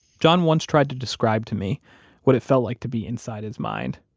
john once tried to describe to me what it felt like to be inside his mind.